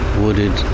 wooded